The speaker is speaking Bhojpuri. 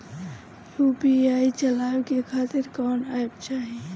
यू.पी.आई चलवाए के खातिर कौन एप चाहीं?